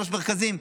שלושה מרכזים.